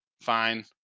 Fine